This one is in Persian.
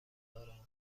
دارم